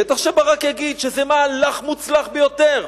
בטח שברק יגיד שזה מהלך מוצלח ביותר,